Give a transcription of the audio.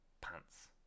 pants